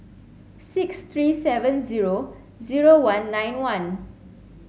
six three seven zero zero one nine one